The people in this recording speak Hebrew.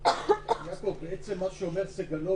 ח"כ סגלוביץ'